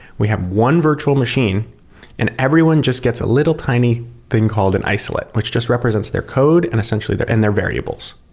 we have one virtual machine and everyone just gets a little tiny thing called an isolate, which just represents their code and essentially their and their variables.